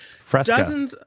Fresca